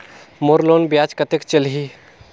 मोर loan ब्याज कतेक चलही?